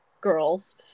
girls